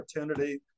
opportunity